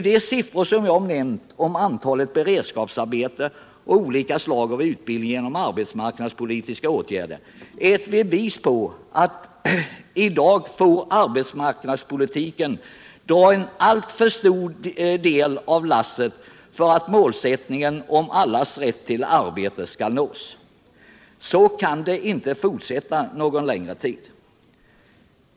De siffror som jag nämnt avseende antalet i beredskapsarbete och i olika slag av utbildning genom arbetsmarknadspolitiska åtgärder är ett bevis på att arbetsmarknadspolitiken i dag får dra en alltför stor del av lasset för att målsättningen om allas rätt till arbete skall nås. Så kan det inte fortsätta någon längre tid.